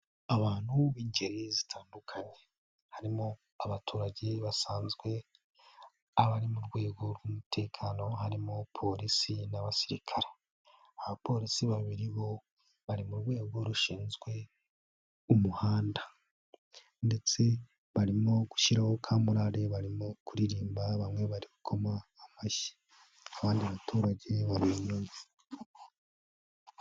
Abantu b'ingeri zitandukanye, harimo abaturage basanzwe, abari mu rwego rw'umutekano harimo Polisi n'abasirikare. Abapolisi babiri bo bari mu rwego rushinzwe umuhanda ndetse barimo gushyiraho ka morale. Barimo kuririmba bamwe bari gukoma amashyi kandi baturage bari inyuma.